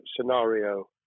scenario